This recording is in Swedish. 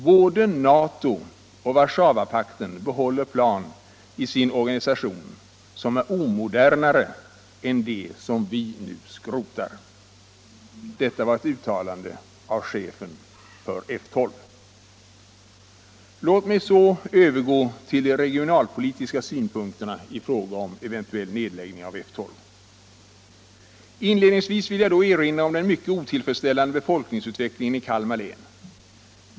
Både NATO och Warszawapakten behåller plan i sin organisation som är omodernare än de som vi nu skrotar.” Detta var ett uttalande av chefen för F 12. Låt mig så övergå till de regionalpolitiska synpunkterna i fråga om en eventuell nedläggning av Fi. Inledningsvis vill jag erinra om den mycket otillfredsställande befolkningsutvecklingen i Kalmar län.